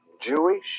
Jewish